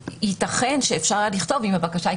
יתכן שאפשר היה לכתוב אם הבקשה היא